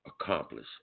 accomplish